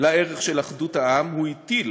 לערך של אחדות העם, הוא הטיל